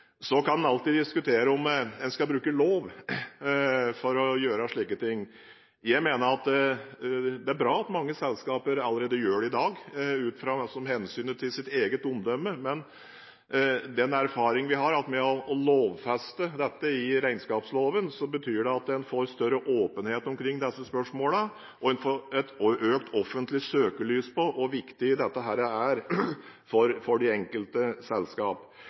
Så kan en alltids diskutere om en skal bruke lov for å gjøre slike ting. Det er bra at mange selskaper allerede gjør det i dag, ut fra hensynet til sitt eget omdømme, men erfaring viser at ved å lovfeste dette i regnskapsloven, får en større åpenhet omkring disse spørsmålene, og en får økt offentlig søkelys på hvor viktig dette er for de enkelte